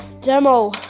demo